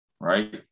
Right